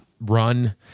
run